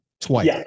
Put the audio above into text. twice